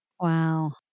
Wow